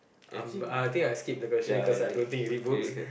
um uh I think I'll skip the question cause I don't think you read books